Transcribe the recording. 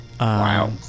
Wow